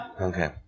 Okay